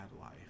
life